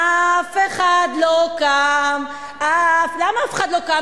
"אף אחד לא קם, אף ---" למה אף אחד לא קם?